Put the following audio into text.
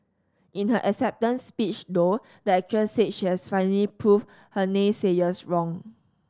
in her acceptance speech though the actress said she has finally proved her naysayers wrong